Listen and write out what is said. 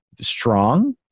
strong